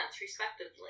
respectively